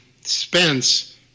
Spence